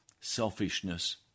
selfishness